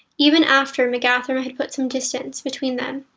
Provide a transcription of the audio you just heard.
even after mgathrim had put some distance between them,